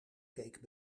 keek